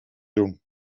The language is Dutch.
doen